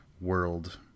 world